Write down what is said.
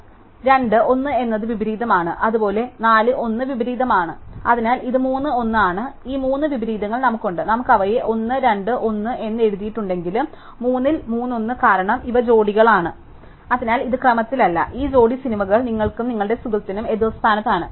അതിനാൽ 2 1 എന്നത് വിപരീതമാണ് അതുപോലെ 4 1 വിപരീതമാണ് അതിനാൽ ഇത് 3 1 ആണ് അതിനാൽ ഈ മൂന്ന് വിപരീതങ്ങൾ നമുക്കുണ്ട് നമ്മൾ അവയെ 1 2 1 എന്ന് എഴുതിയിട്ടുണ്ടെങ്കിലും 3 ൽ 3 1 കാരണം ഇവ ജോഡികളാണ് അതിനാൽ ഇത് ക്രമത്തിലല്ല ഈ ജോഡി സിനിമകൾ നിങ്ങൾക്കും നിങ്ങളുടെ സുഹൃത്തിനും എതിർ സ്ഥാനത്താണ്